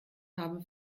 haben